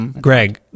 Greg